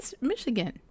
Michigan